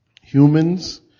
humans